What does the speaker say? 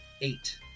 eight